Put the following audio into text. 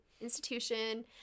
institution